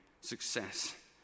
success